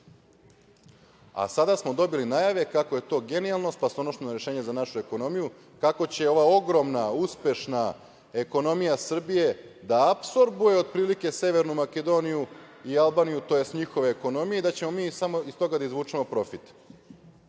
a sada smo dobili najave kako je to genijalno, spasonosno rešenje za našu ekonomiju, kako će ova ogromna, uspešna ekonomija Srbije da apsorbuje otprilike Severnu Makedoniju i Albaniju, tj. njihove ekonomije i da ćemo mi samo iz toga da izvučemo profit.